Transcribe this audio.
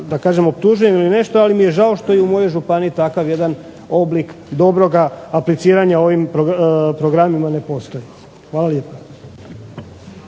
da kažem optužujem ili nešto, ali mi je žao što i u mojoj županiji takav jedan oblik dobroga apliciranja ovim programima ne postoji. Hvala lijepo.